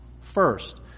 first